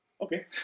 Okay